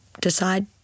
decide